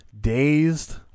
dazed